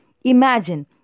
Imagine